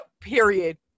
Period